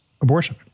abortion